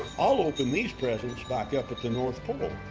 i'll open these presents back up at the north pole.